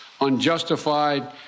unjustified